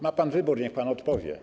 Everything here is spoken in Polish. Ma pan wybór, niech pan odpowie.